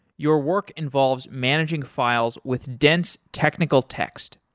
your work involved managing files with dense technical texts.